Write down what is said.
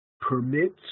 permits